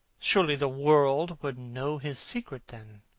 surely the world would know his secret then.